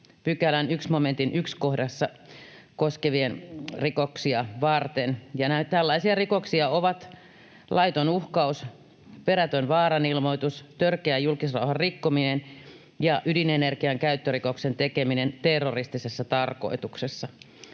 1 §:n 1 momentin 1 kohdan mukaisia rikoksia varten. Tällaisia rikoksia ovat laiton uhkaus, perätön vaarailmoitus, törkeä julkisrauhan rikkominen ja ydin-energian käyttörikoksen tekeminen terroristisessa tarkoituksessa.